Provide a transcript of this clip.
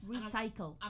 Recycle